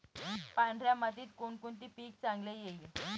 पांढऱ्या मातीत कोणकोणते पीक चांगले येईल?